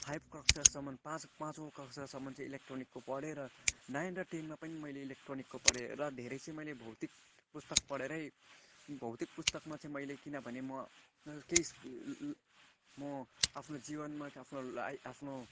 five कक्षासम्म पाँचौँ कक्षासम्म चाहिँ इलेक्ट्रोनिकको पढेँ र नाइन र टेनमा पनि मैले इलेक्ट्रोनिकको पढेँ र धेरै मैले भौतिक पुस्तक पढेरै भौतिक पुस्तकमा चाहिँ मैले किनभने म केही म आफ्नो जीवनमा आफ्नो लाइफ आफ्नो